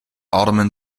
ottoman